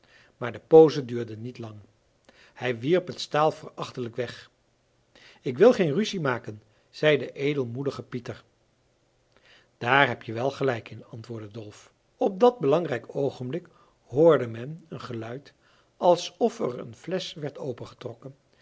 maar de pose duurde niet lang hij wierp het staal verachtelijk weg ik wil geen ruzie maken zei de edelmoedige pieter daar hebje wèl gelijk in antwoordde dolf op dat belangrijk oogenblik hoorde men een geluid alsof er een flesch werd opengetrokken